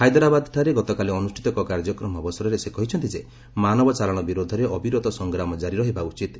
ହାଇଦରାବାଦ୍ରେ ଗତକାଲି ଅନ୍ଦୁଷ୍ଠିତ ଏକ କାର୍ଯ୍ୟକ୍ରମ ଅବସରରେ ସେ କହିଛନ୍ତି ଯେ ମାନବ ଚାଲାଣ ବିରୋଧରେ ଅବିରତ ସଂଗ୍ରାମ ଜାରି ରହିବା ଉଚିତ୍